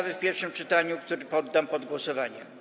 w pierwszym czytaniu, który poddam pod głosowanie.